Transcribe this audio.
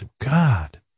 God